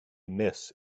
miss